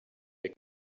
they